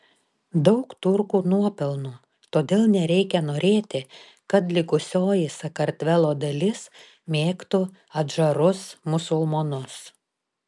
daug turkų nuopelnų todėl nereikia norėti kad likusioji sakartvelo dalis mėgtų adžarus musulmonus